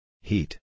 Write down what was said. Heat